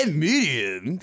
medium